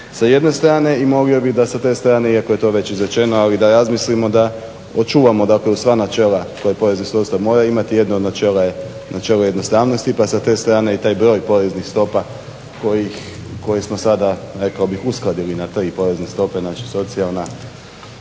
sa jedne strane i moli bi da sa te strane, iako je to već izrečeno, ali da razmislimo da očuvamo dakle uz sva načela koje porezni sustav mora imati. Jedno od načela je načelo jednostavnosti, pa sa te strane i taj broj poreznih stopa koje smo sada rekao bih uskladili na tri porezne stope, znači socijalna,